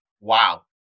Wow